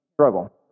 struggle